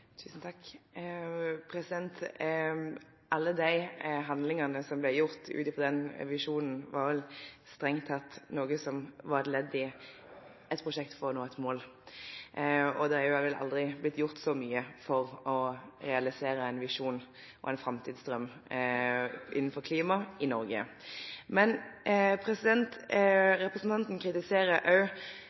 Alle de handlingene som ble gjort ut ifra den visjonen, var vel strengt tatt noe som var et ledd i et prosjekt for å nå et mål, og det har heller aldri blitt gjort så mye for å realisere en visjon og en framtidsdrøm innenfor klima i Norge. Men representanten kritiserer